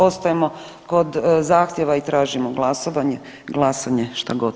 Ostajemo kod zahtjeva i tražimo glasovanje, glasanje, šta god.